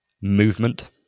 Movement